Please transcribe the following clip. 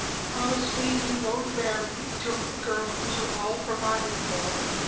promise me you won't marry till the girls are all provided for.